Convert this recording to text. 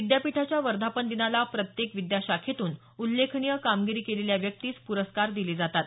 विद्यापीठाच्या वर्धापन दिनाला प्रत्येक विद्याशाखेतून उल्लेखनीय कामगिरी केलेल्या व्यक्तीस पुरस्कार दिले जातात